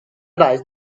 dice